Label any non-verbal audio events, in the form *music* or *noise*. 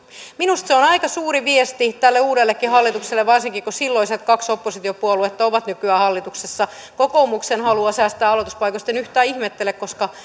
minusta se on aika suuri viesti tälle uudellekin hallitukselle varsinkin kun silloiset kaksi oppositiopuoluetta ovat nykyään hallituksessa kokoomuksen halua säästää aloituspaikoista en yhtään ihmettele koska *unintelligible*